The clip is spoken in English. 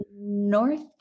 North